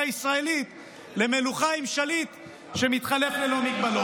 הישראלית למלוכה של שליט שמתחלף ללא מגבלות.